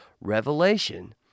Revelation